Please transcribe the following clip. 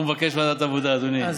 הוא מבקש ועדת העבודה, אדוני.